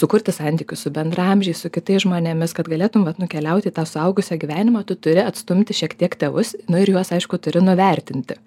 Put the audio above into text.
sukurti santykius su bendraamžiais su kitais žmonėmis kad galėtum vat nukeliauti į tą suaugusiojo gyvenimą tu turi atstumti šiek tiek tėvus nu ir juos aišku turi nuvertinti